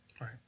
Right